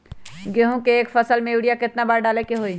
गेंहू के एक फसल में यूरिया केतना बार डाले के होई?